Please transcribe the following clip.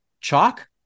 chalk